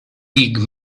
league